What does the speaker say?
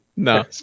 No